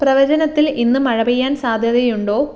പ്രവചനത്തിൽ ഇന്ന് മഴ പെയ്യാൻ സാധ്യതയുണ്ടോ